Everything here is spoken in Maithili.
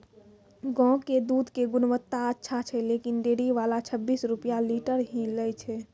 गांव के दूध के गुणवत्ता अच्छा छै लेकिन डेयरी वाला छब्बीस रुपिया लीटर ही लेय छै?